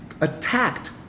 attacked